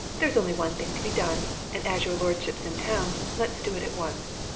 there's only one thing to be done, and as your lordship's in town, let us do it at once.